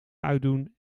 uitdoen